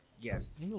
Yes